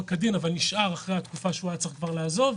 כדין אבל נשאר אחרי התקופה שהוא היה צריך לעזוב.